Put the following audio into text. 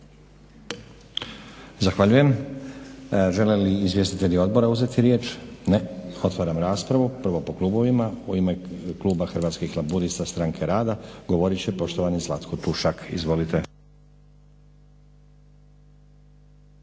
Zahvaljujem. Žele li izvjestitelji odbora uzeti riječ? Ne. Otvaram raspravu. Prvo po klubovima. U ime kluba Hrvatskih laburista - stranke rada govorit će poštovani Zlatko Tušak. Izvolite.